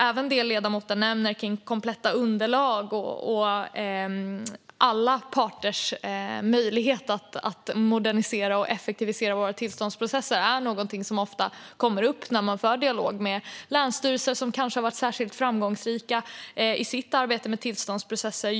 Även det som ledamoten nämner om kompletta underlag och alla parters möjlighet att modernisera och effektivisera våra tillståndsprocesser är något som ofta kommer upp när man för en dialog med länsstyrelser som kanske har varit särskilt framgångsrika i sitt arbete med tillståndsprocesser.